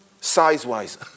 size-wise